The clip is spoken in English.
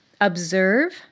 observe